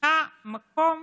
צריכה מקום